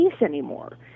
anymore